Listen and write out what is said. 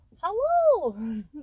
Hello